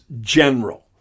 general